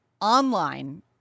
online